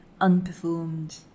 unperformed